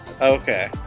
Okay